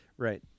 Right